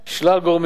שלל גורמים.